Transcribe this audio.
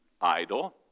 idle